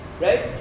Right